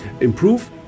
improve